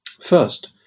First